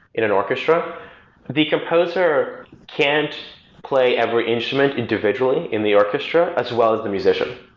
in an orchestra the composer can't play every instrument individually in the orchestra, as well as the musician.